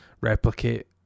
replicate